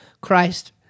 Christ